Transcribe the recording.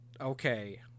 Okay